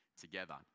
together